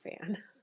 fan